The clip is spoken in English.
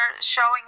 showing